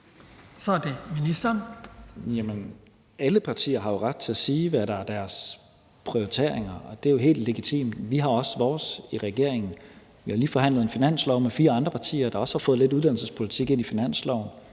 (Mattias Tesfaye): Jamen alle partier har jo ret til at sige, hvad der er deres prioriteringer. Det er jo helt legitimt, og vi har også vores i regeringen. Vi har lige forhandlet en finanslov med fire andre partier, der også har fået lidt uddannelsespolitik ind i finansloven,